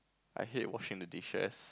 I hate washing the dishes